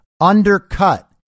undercut